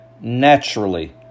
naturally